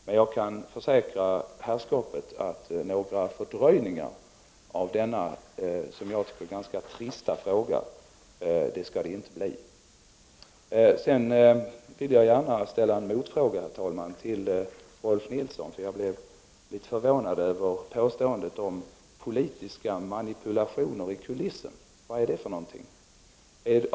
Jag kan emellertid försäkra herrskapet att några fördröjningar av denna ganska trista fråga skall det inte bli. Herr talman! Sedan vill jag gärna ställa en motfråga till Rolf L Nilson. Jag blev litet förvånad över påståendet om politiska manipulationer i kulisserna. Vad är det för någonting?